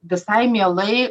visai mielai